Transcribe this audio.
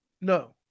No